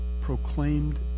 Proclaimed